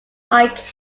like